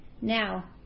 now